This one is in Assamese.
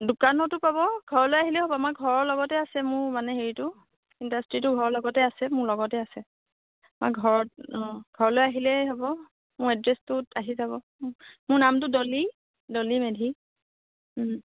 দোকানতো পাব ঘৰলৈ আহিলেও হ'ব মই ঘৰ ঘৰৰ লগতে আছে মোৰ মানে হেৰিটো ইণ্ডাষ্ট্ৰিটো ঘৰৰ লগতে আছে মোৰ লগতে আছে আৰু ঘৰত অ' ঘৰলৈ আহিলেই হ'ব মোৰ এড্ৰেছটোত আহি যাব মোৰ নামটো ডলি ডলি মেধি